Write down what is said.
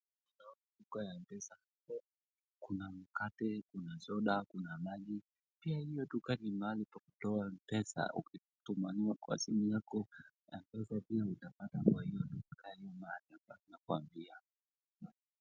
Naona duka ya mpesa, hapo kuna mkate, kuna soda, kuna maji, pia hiyo duka ni mahali pa kutoa mpesa, ukitumaniwa kwa simu yako mpesa pia utapata kwa hiyo duka vile ninakwambia.